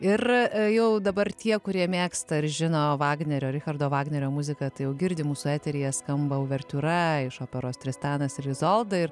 ir jau dabar tie kurie mėgsta ar žino vagnerio richardo vagnerio muziką tai jau girdi mūsų eteryje skamba uvertiūra iš operos tristanas ir izolda ir